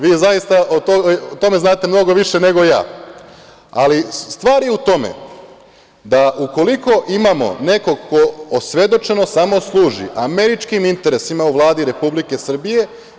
Vi zaista o tome znate mnogo više nego ja, ali stvar je u tome da, ukoliko imamo nekog ko osvedočeno samo služi američkim interesima u Vladi Republike Srbije…